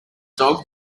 dog